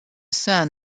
son